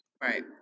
Right